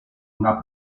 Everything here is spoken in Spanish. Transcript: una